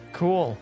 cool